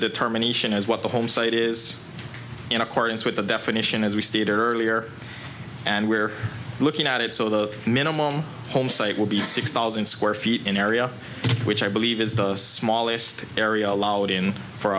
determination as what the home site is in accordance with the definition as we stated earlier and we're looking at it so the minimal home site will be six thousand square feet in area which i believe is the smallest area allowed in for